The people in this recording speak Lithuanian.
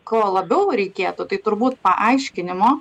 ko labiau reikėtų tai turbūt paaiškinimo